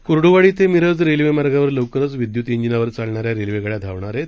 कुर्डूवाडीतेमिरजरेल्वेमार्गावरलवकरचविद्युत जिनावरचालणाऱ्यारेल्वेगाड्याधावणारआहेत